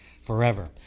forever